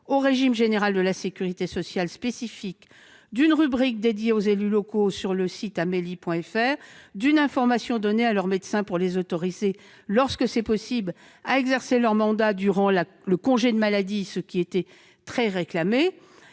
au régime général de la sécurité sociale spécifique, d'une rubrique dédiée aux élus locaux sur le site ameli.fr, d'une information donnée à leur médecin pour les autoriser, lorsque c'est possible, à exercer leur mandat durant leur congé maladie- cela était réclamé